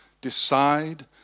Decide